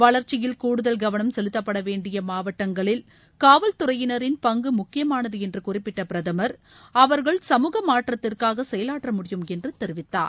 வளர்ச்சியில் கூடுதல் கவனம் செலுத்தப்பட வேண்டிய மாவட்டங்களில் காவல்துறையினரின் பங்கு முக்கியமானது என்று குறிப்பிட்ட பிரதமர் அவர்கள் சமூக மாற்றத்திற்காக செயலாற்ற முடியும் என்று தெரிவித்தார்